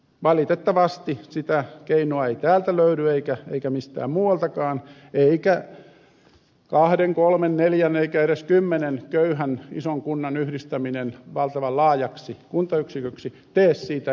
valitettavasti sitä keinoa ei täältä löydy eikä mistään muualtakaan eikä kahden kolmen neljän eikä edes kymmenen ison köyhän kunnan yhdistäminen valtavan laajaksi kuntayksiköksi tee siitä elinvoimaista